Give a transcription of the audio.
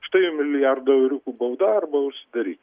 štai milijardo euriukų bauda arba užsidarykit